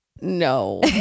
No